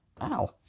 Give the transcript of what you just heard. Wow